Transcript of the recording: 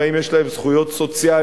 אם יש להם זכויות סוציאליות,